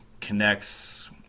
connects